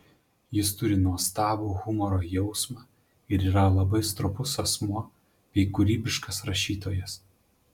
jis turi nuostabų humoro jausmą ir yra labai stropus asmuo bei kūrybiškas rašytojas